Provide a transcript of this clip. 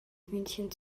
hühnchen